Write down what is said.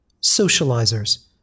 Socializers